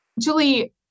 Julie